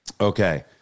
Okay